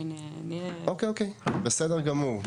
אוקיי, בסדר גמור.